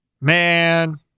Man